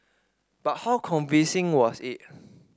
but how convincing was it